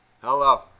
Hello